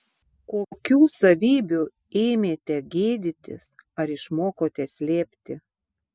kokių savybių ėmėte gėdytis ar išmokote slėpti